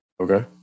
Okay